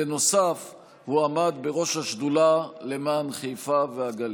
בנוסף, הוא עמד בראש השדולה למען חיפה והגליל.